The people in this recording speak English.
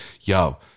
Yo